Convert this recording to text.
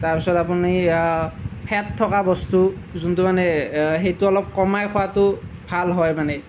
তাৰপিছত আপুনি ফেট থকা বস্তু যোনটো মানে সেইটো অলপ কমাই খোৱাটো ভাল হয় মানে